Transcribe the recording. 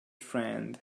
friend